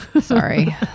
Sorry